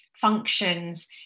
functions